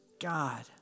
God